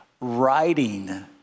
Writing